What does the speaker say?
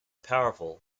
powerful